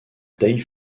dave